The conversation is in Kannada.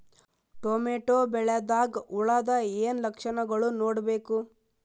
ಟೊಮೇಟೊ ಬೆಳಿದಾಗ್ ಹುಳದ ಏನ್ ಲಕ್ಷಣಗಳು ನೋಡ್ಬೇಕು?